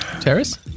Terrace